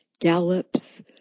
gallops